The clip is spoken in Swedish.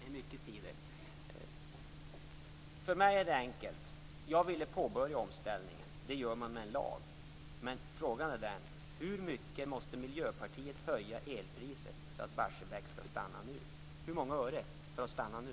Fru talman! För mig är det enkelt. Jag ville påbörja omställningen. Det gör man med en lag. Men frågan är: Hur mycket måste Miljöpartiet höja elpriset för att Barsebäck skall stanna nu? Hur många öre för att stanna nu?